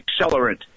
accelerant